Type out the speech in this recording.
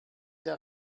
der